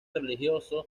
religioso